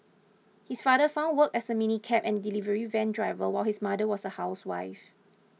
his father found work as a minicab and delivery van driver while his mother was a housewife